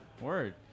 Word